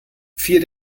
vier